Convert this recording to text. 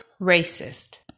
racist